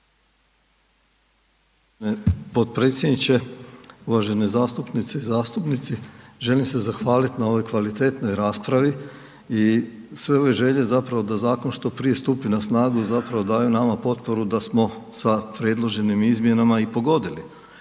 Potpredsjedniče, uvažene zastupnice i zastupnici. Želim se zahvaliti na ovoj kvalitetnoj raspravi i sve ove želje zapravo da zakon što prije na snagu zapravo daje nama potporu da smo sa predloženim izmjenama i pogodili